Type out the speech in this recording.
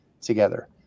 together